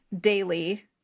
daily